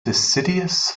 deciduous